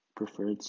preferred